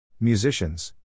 Musicians